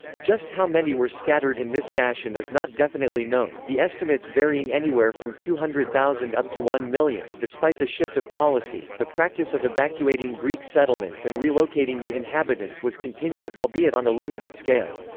just how many were scattered in this fashion is not definitely known, the estimates varying anywhere from two hundred thousand up to one million. despite the shift of policy, the practice of evacuating greek settlements and relocating the inhabitants was continued, albeit on a limited scale.